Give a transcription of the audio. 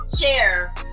share